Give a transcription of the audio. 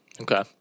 Okay